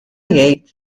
jgħid